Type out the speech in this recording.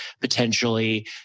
potentially